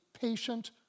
patient